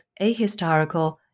ahistorical